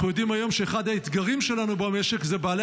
אנחנו יודעים היום שאחד האתגרים שלנו במשך הם בעלי